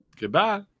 Goodbye